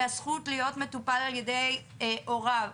והזכות להיות מטופל על ידי הוריו.